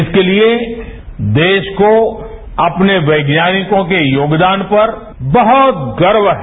इसके लिए देश को अपने वैज्ञानिकों के योगदान पर बहुत गर्व है